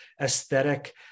aesthetic